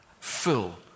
fill